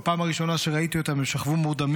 בפעם הראשונה שראיתי אותם הם שכבו מורדמים